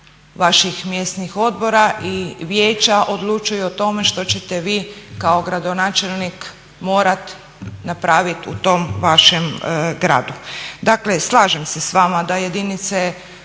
vaših mjesnih odbora i vijeća odlučuju o tome što ćete vi kao gradonačelnik morati napraviti u tom vašem gradu. Dakle slažem se s vama da jedinice,